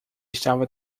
estava